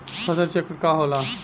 फसल चक्र का होला?